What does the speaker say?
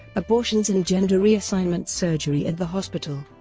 abortions and gender reassignment surgery at the hospital.